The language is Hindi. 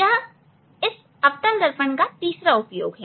यह इस अवतल दर्पण का तीसरा उपयोग है